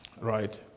Right